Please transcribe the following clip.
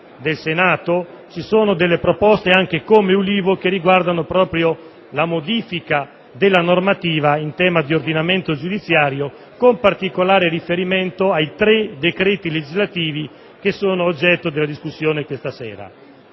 del Senato, ci sono proposte anche dell'Ulivo che riguardano proprio la modifica della normativa in tema di ordinamento giudiziario, con particolare riferimento ai tre decreti legislativi che sono oggetto di discussione questa sera.